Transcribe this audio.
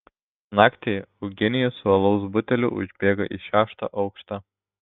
naktį eugenijus su alaus buteliu užbėga į šeštą aukštą